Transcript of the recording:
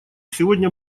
сегодня